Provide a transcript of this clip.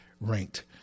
ranked